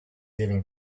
leaving